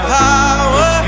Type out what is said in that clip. power